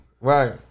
Right